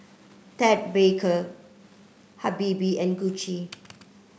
Ted Baker Habibie and Gucci